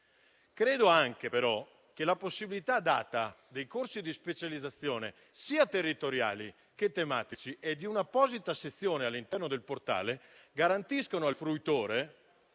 Credo anche, però, che i corsi di specializzazione, sia territoriali che tematici, e un'apposita sezione all'interno del portale garantiscano al fruitore